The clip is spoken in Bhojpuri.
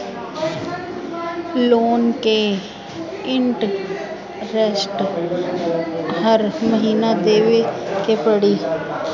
लोन के इन्टरेस्ट हर महीना देवे के पड़ी?